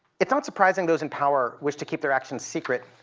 it's not surprising those in power wish to keep their actions secret.